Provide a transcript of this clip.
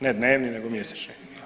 Ne dnevni, nego mjesečni.